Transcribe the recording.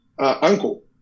Uncle